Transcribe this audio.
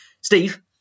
Steve